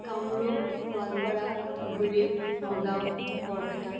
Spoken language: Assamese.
কামৰূপ গোৱালপাৰা ধুবুৰী নগাঁও বৰপেটা